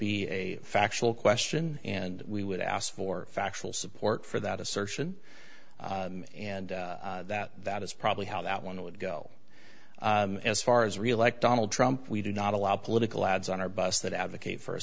be a factual question and we would ask for factual support for that assertion and that that is probably how that one would go as far as reelect donald trump we do not allow political ads on our bus that advocate for a